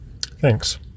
Thanks